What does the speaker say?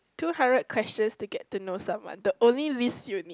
two hundred questions to get to know someone the only list you need